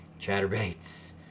chatterbaits